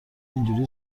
اینجوری